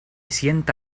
sienta